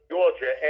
Georgia